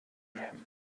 him